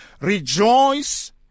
Rejoice